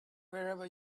wherever